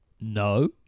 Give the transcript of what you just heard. No